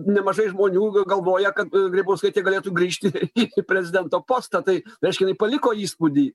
nemažai žmonių galvoja kad grybauskaitė galėtų grįžti į prezidento postą tai reiškia jinai paliko įspūdį